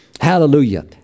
Hallelujah